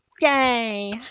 Yay